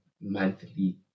monthly